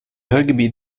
rugby